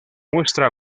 muestra